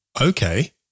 Okay